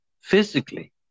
physically